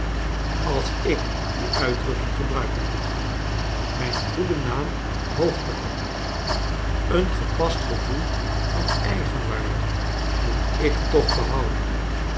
als ik die uitdrukking gebruiken mag mijn goeden naam hoog te hpuden een gepast gevoel van eigenwaarde moet ik toch behouden